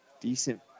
decent